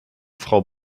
frau